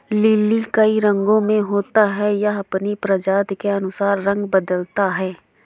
lily कई रंगो में होता है, यह अपनी प्रजाति के अनुसार रंग बदलता है